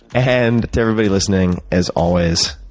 and, to everybody listening, as always,